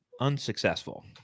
unsuccessful